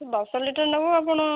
sir ଦଶ litre ନେବୁ ଆପଣ